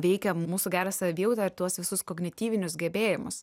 veikia mūsų gerą savijautą ir tuos visus kognityvinius gebėjimus